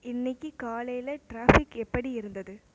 இன்றைக்கு காலையில் டிராஃபிக் எப்படி இருந்தது